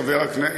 חבר הכנסת,